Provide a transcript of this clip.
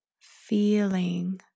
feeling